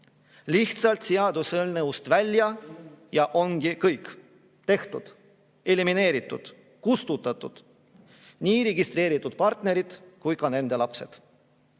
Lihtsalt seaduseelnõust välja, ja ongi kõik: tehtud, elimineeritud, kustutatud nii registreeritud partnerid kui ka nende lapsed. Osa